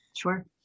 Sure